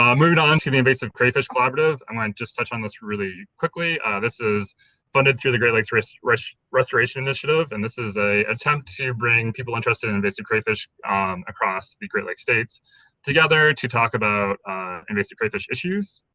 um moving on to the invasive crayfish collaborative i might just touch on this really quickly, this is funded through the great lakes restoration restoration initiative and this is a attempt to bring people interested in in basic crayfish across the great lakes states together to talk about and basic crayfish issues.